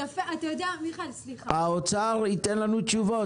מיכאל, סליחה --- האוצר ייתן לנו תשובות.